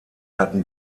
hatten